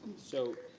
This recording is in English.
so,